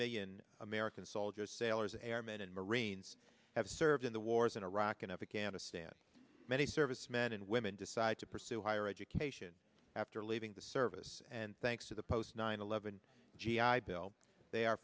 million american soldiers sailors airmen and marines have served in the wars in iraq and afghanistan many servicemen and women decided to pursue higher education after leaving the service and thanks to the post nine eleven g i bill they are